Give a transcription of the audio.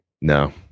No